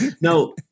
No